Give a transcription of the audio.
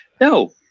no